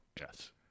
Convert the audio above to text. yes